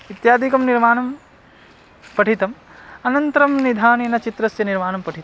इत्यादिकं निर्माणं पठितम् अनन्तरं निधानेन चित्रस्य निर्माणं पठितं